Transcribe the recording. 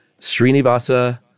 Srinivasa